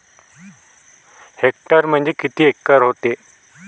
Hectare म्हणजे किती acre व्हते?